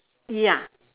ya